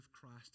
Christ